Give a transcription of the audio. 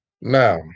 Now